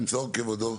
יעצור כבודו.